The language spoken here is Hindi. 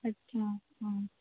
अच्छा हाँ